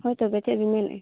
ᱦᱳᱭ ᱛᱚᱵᱮ ᱪᱮᱫ ᱵᱮᱱ ᱢᱮᱱᱮᱫᱼᱟ